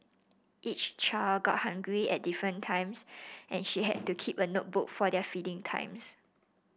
each child got hungry at different times and she had to keep a notebook for their feeding times